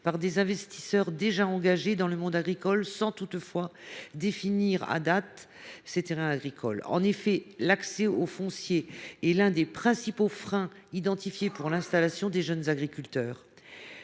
par des investisseurs déjà engagés dans le monde agricole sans toutefois détenir de terrains agricoles. L’accès au foncier agricole est l’un des principaux freins identifiés pour l’installation de jeunes agriculteurs.